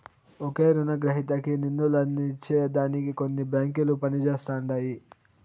ఒకే రునగ్రహీతకి నిదులందించే దానికి కొన్ని బాంకిలు పనిజేస్తండాయి